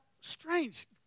strange